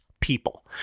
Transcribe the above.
people